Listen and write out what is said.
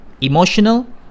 emotional